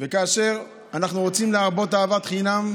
וכאשר אנחנו רוצים להרבות אהבת חינם,